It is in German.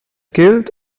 gilt